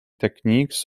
techniques